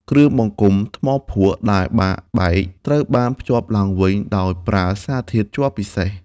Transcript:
គ្រឿងបង្គុំថ្មភក់ដែលបាក់បែកត្រូវបានភ្ជាប់ឡើងវិញដោយប្រើសារធាតុជ័រពិសេស។